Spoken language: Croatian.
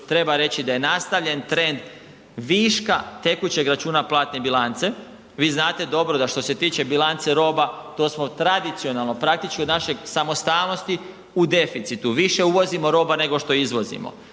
treba reći da je nastavljen trend viška tekućeg računa platne bilance. Vi znate dobro da što se tiče bilance roba to smo tradicionalno, praktički od naše samostalnosti u deficitu, više uvozimo roba nego što izvozimo.